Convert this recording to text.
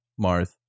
Marth